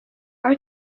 are